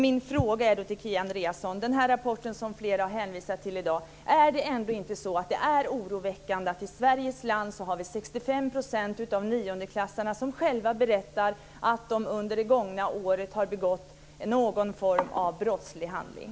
Min fråga är då till Kia Andreasson med anledning av den rapport som flera har hänvisat till i dag: Är det ändå inte oroväckande att det i Sverige är 65 % av niondeklassarna som själva berättar att de under det gångna året har begått någon form av brottslig handling?